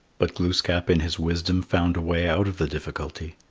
but glooskap in his wisdom found a way out of the difficulty.